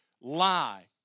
lie